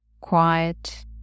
quiet